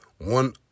one